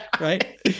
Right